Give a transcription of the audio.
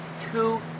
Two